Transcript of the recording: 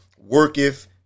worketh